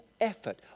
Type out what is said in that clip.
effort